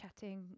chatting